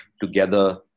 together